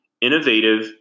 innovative